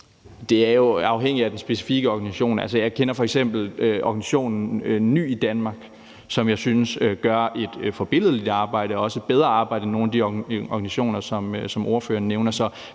Det er jo afhængigt af den specifikke organisation. Altså, jeg kender f.eks. organisationen Ny i Danmark, som jeg synes gør et forbilledligt stykke arbejde, også et bedre stykke arbejde end nogen af de organisationer, som ordføreren nævner.